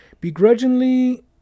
Begrudgingly